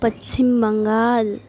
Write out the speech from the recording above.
Paschim Bengal